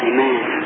Amen